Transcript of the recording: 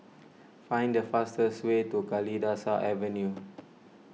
find the fastest way to Kalidasa Avenue